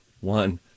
one